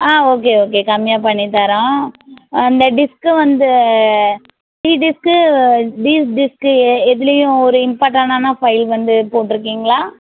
ஆ okay okay கம்மியாக பண்ணித்தரோம் அந்த டிஸ்க்கு வந்து சி டிஸ்க்கு டி டிஸ்க் எ எதுலேயும் ஒரு இம்பார்டானான ஃபைல் வந்து போட்டிருக்கீங்களா